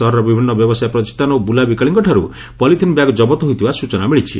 ସହରର ବିଭିନ୍ନ ବ୍ୟବସାୟ ପ୍ରତିଷ୍ଷାନ ଓ ବୁଲାବିକାଳିଙ୍କଠାରୁ ପଲିଥିନ ବ୍ୟାଗ୍ ଜବତ ହୋଇଥିବା ସ୍ଚନା ମିଳିଛି